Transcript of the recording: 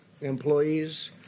employees